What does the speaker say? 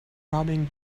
robbing